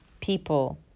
people